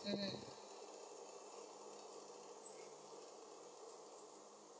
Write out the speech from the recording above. mmhmm